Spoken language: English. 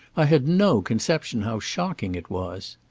i had no conception how shocking it was!